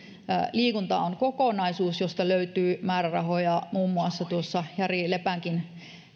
liikunta on kokonaisuus josta löytyy määrärahoja muun muassa tuossa jari lepänkin